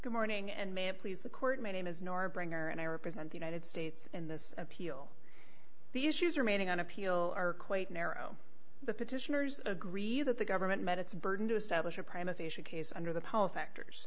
good morning and may please the court may name is nora bringer and i represent the united states in this appeal the issues are mating on appeal are quite narrow the petitioners agree that the government medics burden to establish a prima facia case under the power factors